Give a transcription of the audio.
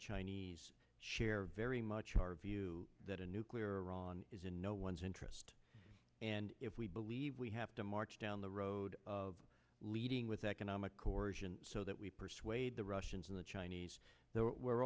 chinese share very much our view that a nuclear iran is in no one's interest and if we believe we have to march down the road of leading with economic coercion so that we persuade the russians and the chinese we're